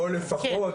כן.